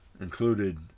included